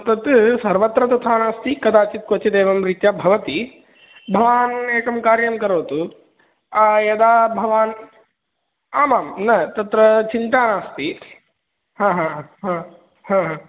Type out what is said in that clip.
तत् सर्वत्र तथा नास्ति कदाचित् क्वचिदेवं रीत्या भवति भवान् एकं कार्यं करोतु यदा भवान् आमां न तत्र चिन्ता नास्ति